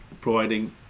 providing